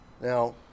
Now